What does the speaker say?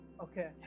Okay